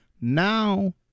Now